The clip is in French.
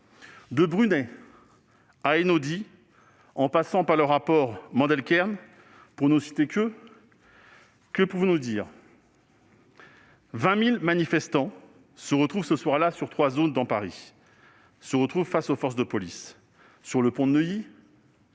De Brunet à Einaudi, en passant par le rapport Mandelkern, pour ne citer qu'eux, que pouvons-nous dire ? Quelque 20 000 manifestants se retrouvent ce soir-là sur trois zones à Paris, face aux forces de police : le pont de Neuilly,